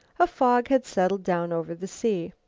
a fog had settled down over the sea.